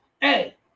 Hey